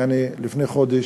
יעני לפני חודש,